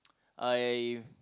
I